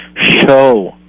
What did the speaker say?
show